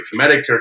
Medicare